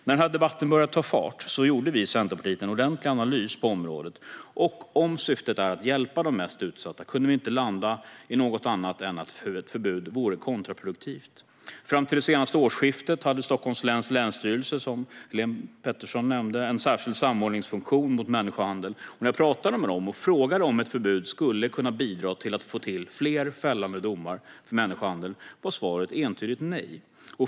När denna debatt började ta fart gjorde vi i Centerpartiet en ordentlig analys på området, och om syftet är att hjälpa de mest utsatta kunde vi inte landa i något annat än att ett förbud vore kontraproduktivt. Fram till det senaste årsskiftet hade Länsstyrelsen i Stockholms län, som Helene Petersson nämnde, en särskild samordningsfunktion mot människohandel, och när jag pratade med dem och frågade om ett förbud skulle kunna bidra till att få att få fler fällande domar för människohandel var svaret entydigt nej.